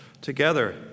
together